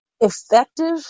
effective